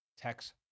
text